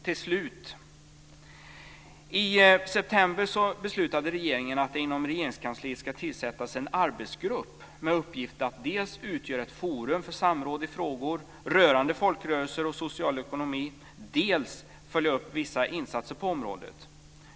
Till slut vill jag säga att regeringen i september beslutade att det inom Regeringskansliet ska tillsättas en arbetsgrupp med uppgift att dels utgöra ett forum för samråd i frågor rörande folkrörelser och social ekonomi, dels följa upp vissa insatser på området.